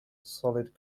solid